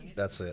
that's it